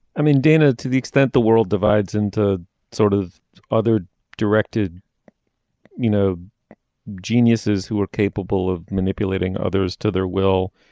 i mean dana to the extent the world divides into sort of other directed you know geniuses who are capable of manipulating others to their will